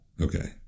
Okay